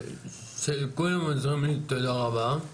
קודם אני רוצה להגיד תודה רבה,